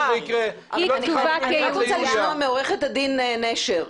היא כתובה כיהודייה --- אני רק רוצה לשמוע מעורכת הדין נשר,